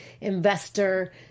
investor